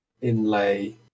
inlay